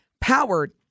powered